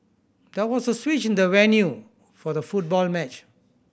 there was a switch in the venue for the football match